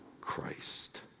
Christ